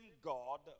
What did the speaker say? God